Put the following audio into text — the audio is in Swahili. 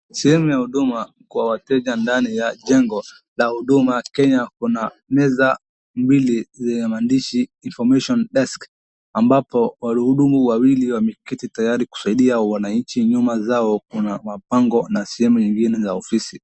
Sehemu ya huduma kwa wateja ndani ya jengo la huduma Kenya kuna meza mbili zenye maandishi information desk ambapo waluhudumu wawili wameketi tayari kusaidia wananchi, nyuma zao kuna mapango na sehemu ingine ya ofisi.